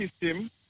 system